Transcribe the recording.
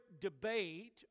debate